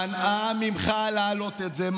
מנעה ממך להעלות את זה.